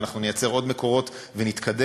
ואנחנו נייצר עוד מקורות ונתקדם.